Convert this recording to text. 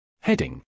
Heading